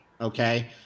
okay